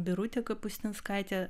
birute kapustinskaite